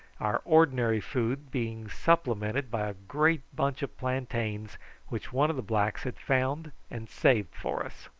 our ordinary food being supplemented by a great bunch of plantains which one of the blacks had found and saved for us.